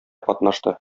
катнашты